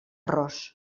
ros